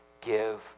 give